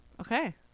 Okay